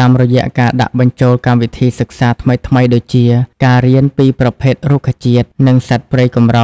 តាមរយៈការដាក់បញ្ចូលកម្មវិធីសិក្សាថ្មីៗដូចជា ការរៀនពីប្រភេទរុក្ខជាតិ និងសត្វព្រៃកម្រ